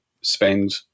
spend